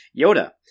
Yoda